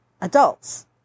adults